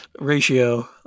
ratio